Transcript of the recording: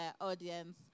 audience